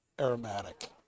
aromatic